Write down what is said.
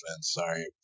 Sorry